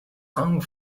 song